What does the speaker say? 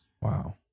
Wow